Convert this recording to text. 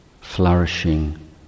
flourishing